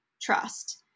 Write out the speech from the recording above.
trust